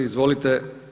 Izvolite.